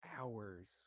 hours